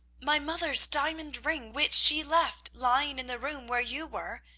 my mother's diamond ring, which she left lying in the room where you were,